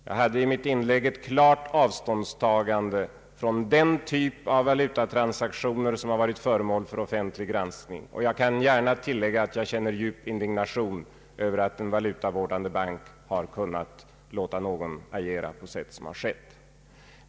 Jag uttalade i mitt förra inlägg ett klart avståndstagande från den typ av valutatransaktioner som har varit föremål för offentlig granskning, och jag kan gärna tillägga att jag känner djup indignation över att en valutavårdande bank har kunnat låta någon agera på sätt som har skett.